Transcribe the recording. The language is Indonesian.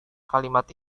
kalimat